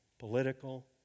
political